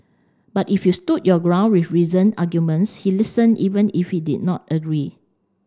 but if you stood your ground with reason arguments he listen even if he did not agree